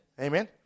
Amen